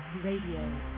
radio